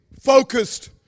focused